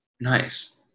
Nice